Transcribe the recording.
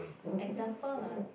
example ah